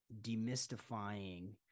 demystifying